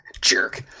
jerk